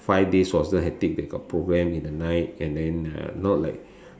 five days wasn't hectic they got programs in the night and then uh not like